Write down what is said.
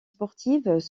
sportives